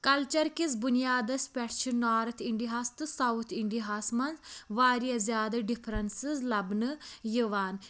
culture کِس بُنیادَس پیٚٹھ چھِ نارتھ اِنڈیاہَس تہٕ ساوُتھ اِنڈیاہَس مَنٛز واریاہ زیادٕ ڈِفرَنسِس لَبنہٕ یِوان